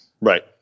Right